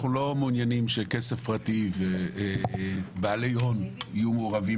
אנחנו לא מעוניינים שבעלי הון יהיו מעורבים